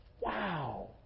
Wow